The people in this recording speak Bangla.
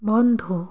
বন্ধ